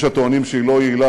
יש הטוענים שהיא לא יעילה.